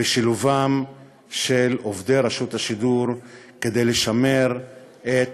בשילובם של עובדי רשות השידור, כדי לשמר את